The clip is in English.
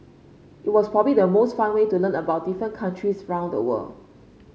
it was probably the most fun way to learn about different countries round the world